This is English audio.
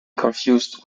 confused